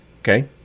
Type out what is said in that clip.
okay